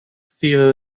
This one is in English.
fever